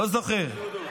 לא זוכר.